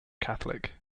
catholic